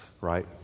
right